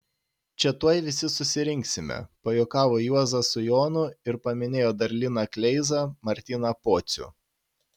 čia tuoj visi susirinksime pajuokavo juozas su jonu ir paminėjo dar liną kleizą martyną pocių